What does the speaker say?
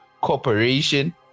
corporation